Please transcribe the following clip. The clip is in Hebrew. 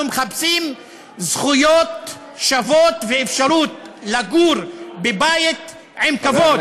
אנחנו מחפשים זכויות שוות ואפשרות לגור בבית עם כבוד.